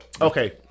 okay